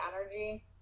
energy